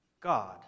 God